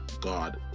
God